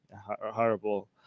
horrible